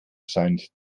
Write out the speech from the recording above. scheint